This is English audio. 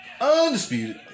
Undisputed